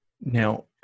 Now